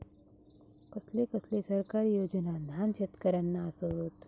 कसले कसले सरकारी योजना न्हान शेतकऱ्यांना आसत?